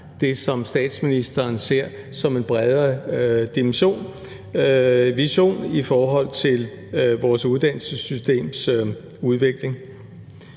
det, som statsministeren ser som en bredere vision i forhold til vores uddannelsessystems udvikling.